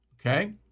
Okay